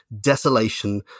desolation